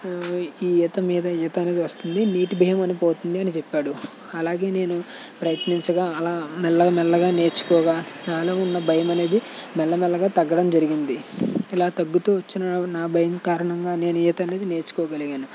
ఈ ఈత మీద ఈత అనేది వస్తుంది నీటి భయం పోతుంది అని చెప్పాడు అలాగే నేను ప్రయత్నించగా అలా మెల్లమెల్లగా నేర్చుకోగా నాలో ఉన్న భయమనేది మెల్లమెల్లగా తగ్గడం జరిగింది ఇలా తగ్గుతూ వచ్చిన ఆ భయం కారణంగా నేను ఈత అనేది నేర్చుకోగలిగాను